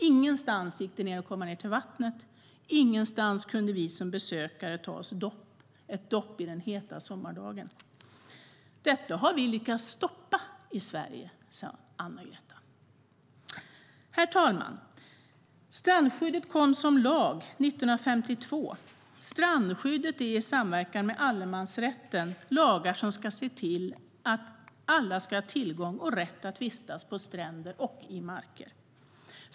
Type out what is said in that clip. Ingenstans gick det att komma ned till vattnet. Ingenstans kunde vi som besökare ta oss ett dopp i den heta sommardagen. Detta har vi lyckats stoppa i Sverige, sa Anna-Greta.Herr talman! Strandskyddet kom som lag 1952. Strandskyddet är i samverkan med allemansrätten lagar som ska se till att alla ska ha tillgång till och rätt att vistas vid stränder och i marker.